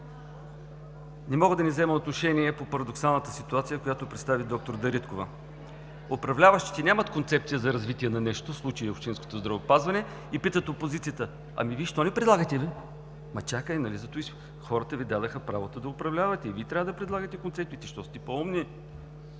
Не мога да не взема отношение по парадоксалната ситуация, която представи доктор Дариткова. Управляващите нямат концепция за развитие на нещо, в случая – общинското здравеопазване, и питат опозицията: „Вие защо не предлагате?“. Чакайте, нали затова хората Ви дадоха правото да управлявате? Вие трябва да предлагате концепциите, защото сте по-умни.